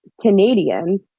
canadian